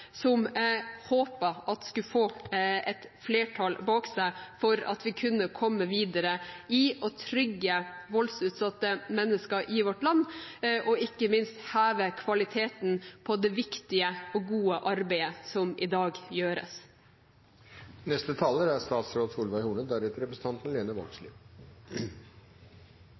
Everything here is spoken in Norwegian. forslag. Jeg håper at de får flertall, slik at man kan komme videre med å trygge voldsutsatte mennesker i vårt land og ikke minst heve kvaliteten på det viktige og gode arbeidet som gjøres i dag. Jeg vil takke forslagsstillerne for et viktig engasjement i et veldig viktig tema. Krisesentrene er